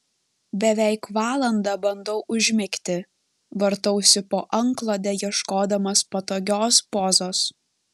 beveik valandą bandau užmigti vartausi po antklode ieškodamas patogios pozos